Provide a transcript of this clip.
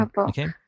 okay